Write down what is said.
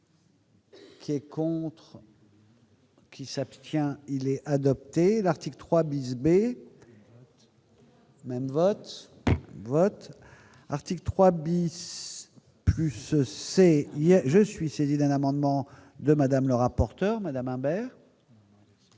Qui est contre. Qui s'abstient, il est adopté l'article 3 bis B. Même vote, vote article 3 bis ce c'est il y a je suis saisi. Un amendement de Madame le rapporteur madame Habert.